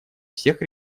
всех